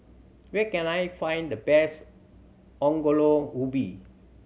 where can I find the best Ongol Ubi